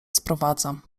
sprowadzam